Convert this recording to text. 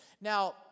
Now